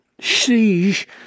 siege